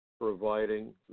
providing